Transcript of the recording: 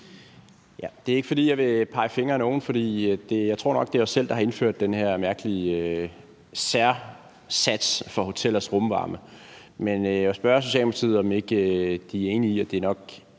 Det er ikke, fordi jeg vil pege fingre ad nogen, for jeg tror nok, det er os selv, der har indført den her mærkelige særsats for hotellers rumvarme. Men jeg vil spørge Socialdemokratiet, om ikke de er enige i, at det nok